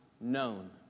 known